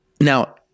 Now